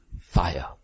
fire